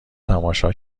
تماشا